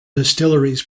distilleries